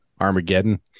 Armageddon